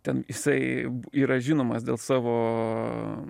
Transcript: ten jisai yra žinomas dėl savo